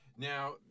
Now